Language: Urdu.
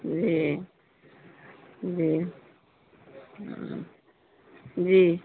جی جی ہوں جی